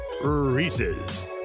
Reese's